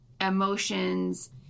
emotions